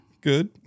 Good